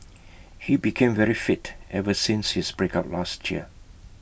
he became very fit ever since his breakup last year